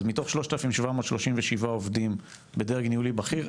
אז מתוך 3737 עובדים בדרג ניהולי בכיר,